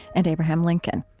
and abraham lincoln.